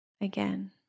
again